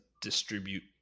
distribute